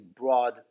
broad